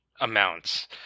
amounts